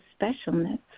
specialness